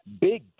big